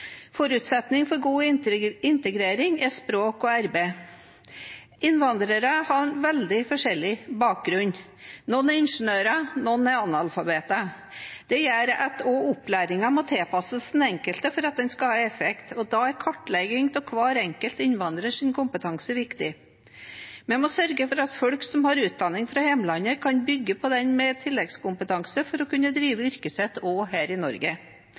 Forutsetningen for god integrering er språk og arbeid. Innvandrere har veldig forskjellig bakgrunn; noen er ingeniører, og noen er analfabeter. Det gjør at opplæringen må tilpasses den enkelte for at den skal ha effekt, og da er kartlegging av hver enkelt innvandrers kompetanse viktig. Vi må sørge for at folk som har utdanning fra hjemlandet, kan bygge på den med tilleggskompetanse for å kunne drive med yrket sitt også her i Norge.